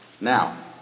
Now